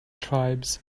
tribes